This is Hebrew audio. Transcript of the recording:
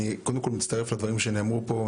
אני מצטרף לדברים שנאמרו פה,